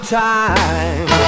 time